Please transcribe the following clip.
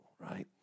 right